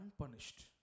unpunished